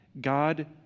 God